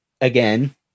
Again